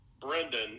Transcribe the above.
Brendan